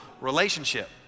relationship